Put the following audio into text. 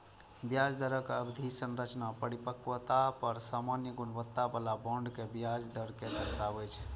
ब्याज दरक अवधि संरचना परिपक्वता पर सामान्य गुणवत्ता बला बांड के ब्याज दर कें दर्शाबै छै